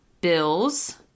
Bills